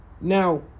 now